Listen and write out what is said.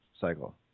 cycle